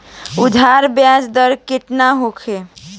उरद बीज दर केतना होखे?